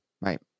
right